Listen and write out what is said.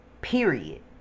period